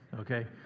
Okay